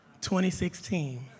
2016